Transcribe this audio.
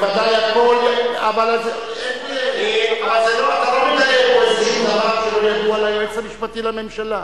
אבל אתה לא מגלה פה איזה דבר שהוא לא ידוע ליועץ המשפטי לממשלה.